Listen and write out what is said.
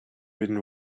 ridden